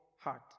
heart